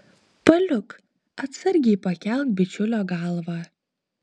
paliuk atsargiai pakelk bičiulio galvą